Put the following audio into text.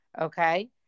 okay